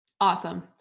Awesome